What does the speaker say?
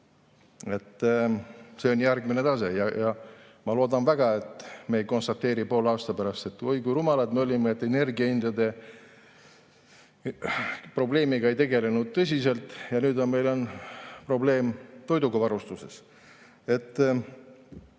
See on järgmine tase. Ma loodan väga, et me ei konstateeri poole aasta pärast, et oi, kui rumalad me olime, et energiahindade probleemiga tõsiselt ei tegelenud, ja nüüd on meil probleem toiduga varustatuses.